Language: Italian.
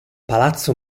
palazzo